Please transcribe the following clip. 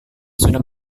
sudah